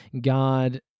God